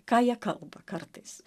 ką jie kalba kartais